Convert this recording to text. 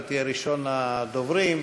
אתה תהיה ראשון הדוברים.